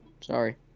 Sorry